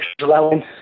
allowing